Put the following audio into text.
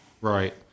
Right